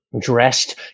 dressed